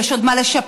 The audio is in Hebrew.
יש עוד מה לשפר,